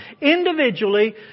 individually